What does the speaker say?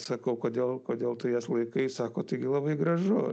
sakau kodėl kodėl tu jas laikai sako taigi labai gražu